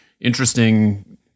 interesting